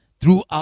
throughout